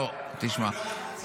לא, תשמע.